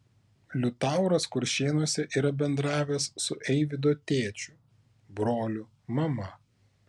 liutauras kuršėnuose yra bendravęs su eivydo tėčiu broliu mama